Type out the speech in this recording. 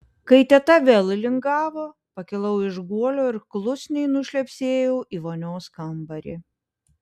kai teta vėl įlingavo pakilau iš guolio ir klusniai nušlepsėjau į vonios kambarį